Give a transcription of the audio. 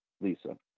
Lisa